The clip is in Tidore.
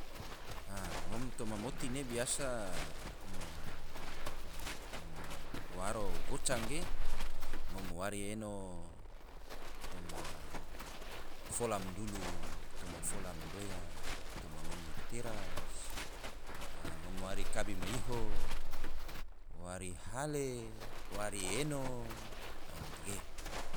Ngom toma moti ne biasa mo waro gocaa ge, ngom wari eno toma fola ma dulu, toma fola ma doya, toma ngom ma teras, ngom wari kabi ma iho, wari hale, wari eno. a gatege